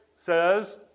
says